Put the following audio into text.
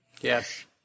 Yes